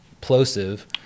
plosive